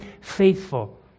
faithful